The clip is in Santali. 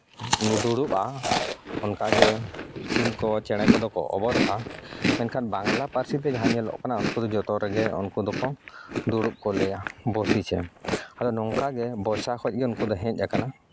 ᱫᱩᱲᱩᱵᱼᱟ ᱚᱱᱠᱟᱜᱮ ᱥᱤᱢ ᱠᱚ ᱪᱮᱬᱮ ᱠᱚᱫᱚ ᱠᱚ ᱚᱵᱚᱨᱚᱜᱼᱟ ᱢᱮᱱᱠᱷᱟᱱ ᱵᱟᱝᱞᱟ ᱯᱟᱹᱨᱥᱤ ᱛᱮ ᱡᱟᱦᱟᱸ ᱧᱮᱞᱚᱜ ᱠᱟᱱᱟ ᱩᱱᱠᱩ ᱡᱚᱛᱚ ᱨᱮᱜᱮ ᱩᱱᱠᱩ ᱫᱚᱠᱚ ᱫᱩᱲᱩᱵ ᱠᱚ ᱞᱟᱹᱭᱟ ᱵᱚᱥᱤᱪᱷᱮ ᱟᱫᱚ ᱱᱚᱝᱠᱟ ᱜᱮ ᱵᱚᱥᱟ ᱠᱷᱚᱡ ᱜᱮ ᱩᱱᱠᱩ ᱫᱚ ᱦᱮᱡ ᱟᱠᱟᱱᱟ